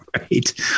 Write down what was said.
right